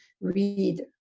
read